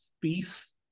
peace